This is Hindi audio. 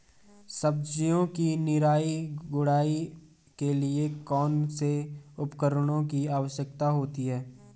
सब्जियों की निराई गुड़ाई के लिए कौन कौन से उपकरणों की आवश्यकता होती है?